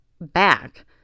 back